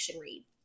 read